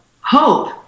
hope